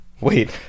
wait